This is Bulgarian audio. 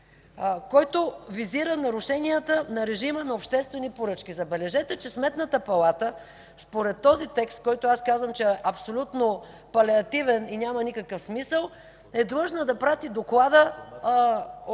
който визира нарушенията на режима на обществени поръчки. Забележете, че Сметната палата според този текст, който аз казвам, че е абсолютно палиативен и няма никакъв смисъл, е длъжна да прати одитния